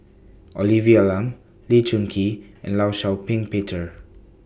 Olivia Lum Lee Choon Kee and law Shau Ping Peter